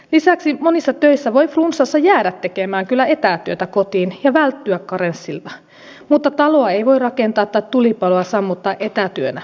lisäksi monissa töissä voi kyllä flunssassa jäädä tekemään etätyötä kotiin ja välttyä karenssilta mutta taloa ei voi rakentaa tai tulipaloa sammuttaa etätyönä